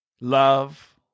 love